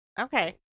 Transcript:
Okay